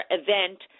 event